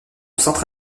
centre